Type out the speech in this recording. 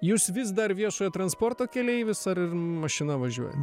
jūs vis dar viešojo transporto keleivis ar ir mašina važiuojat